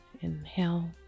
Inhale